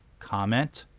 comment,